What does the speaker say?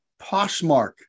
Poshmark